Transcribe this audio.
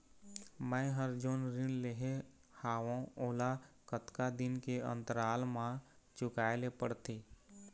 मैं हर जोन ऋण लेहे हाओ ओला कतका दिन के अंतराल मा चुकाए ले पड़ते?